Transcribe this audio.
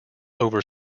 over